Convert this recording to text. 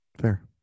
Fair